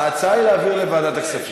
ההצעה היא להעביר לוועדת הכספים.